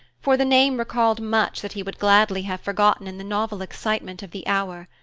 for the name recalled much that he would gladly have forgotten in the novel excitement of the hour.